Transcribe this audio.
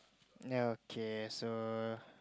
ya okay so